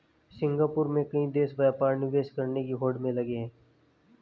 Singapore में कई देश व्यापार निवेश करने की होड़ में लगे हैं